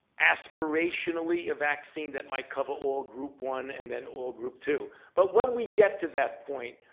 aspirationally, a vaccine that might cover all group one and then all group two. but when we get to that point,